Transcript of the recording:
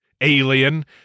Alien